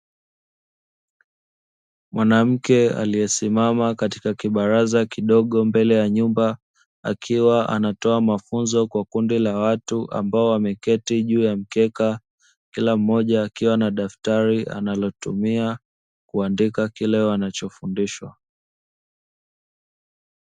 Mwanamke aliyesimama katika kibaraza kidogo mbele ya nyumba, akiwa anatoa mafunzo kwa kundi la watu ambao wameketi juu ya mkeka, kila mmoja akiwa na daftari analotumia kuandika kile wanachofundishwa.